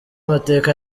amateka